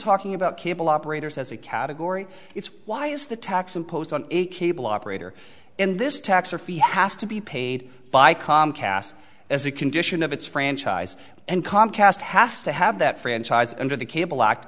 talking about cable operators as a category it's why is the tax imposed on a cable operator and this tax or fee has to be paid by comcast as a condition of its franchise and comcast has to have that franchise under the cable act